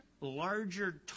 larger